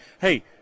hey